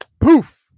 poof